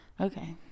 Okay